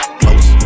close